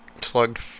slugged